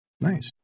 nice